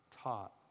taught